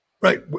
Right